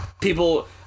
people